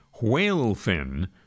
Whalefin